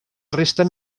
resten